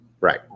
right